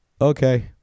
okay